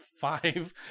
five